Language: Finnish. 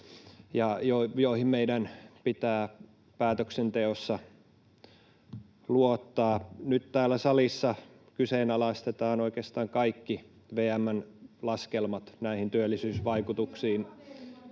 joihin meidän pitää päätöksenteossa luottaa. Nyt täällä salissa kyseenalaistetaan oikeastaan kaikki VM:n laskelmat näihin työllisyysvaikutuksiin